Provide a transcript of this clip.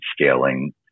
scaling